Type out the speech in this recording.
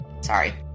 Sorry